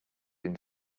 been